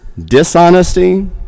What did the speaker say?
dishonesty